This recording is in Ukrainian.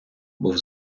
був